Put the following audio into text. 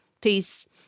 peace